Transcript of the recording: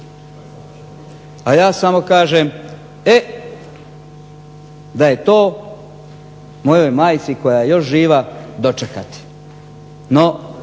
A ja samo kažem, e da je to mojoj majci koja je još živa dočekati. No,